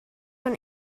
und